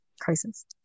crisis